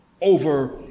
over